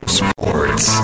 sports